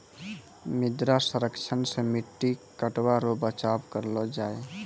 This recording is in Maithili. मृदा संरक्षण से मट्टी कटाव रो बचाव करलो जाय